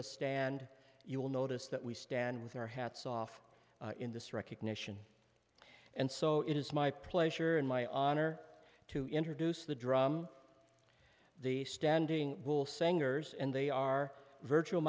us stand you will notice that we stand with their hats off in this recognition and so it is my pleasure and my honor to introduce the drum the standing bull singers and they are virtual